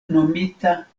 nomita